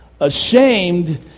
Ashamed